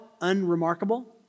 unremarkable